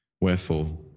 Wherefore